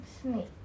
snake